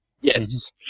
Yes